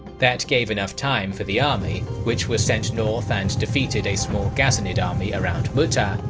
that gave enough time for the army, which was sent north and defeated a small ghassanid army around mu'tah,